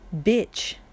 bitch